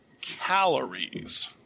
calories